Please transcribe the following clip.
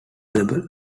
available